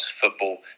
football